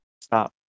Stop